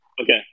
Okay